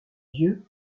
dieu